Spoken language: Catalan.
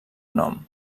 nom